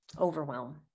overwhelm